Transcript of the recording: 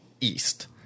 east